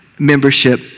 membership